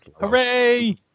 Hooray